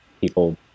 People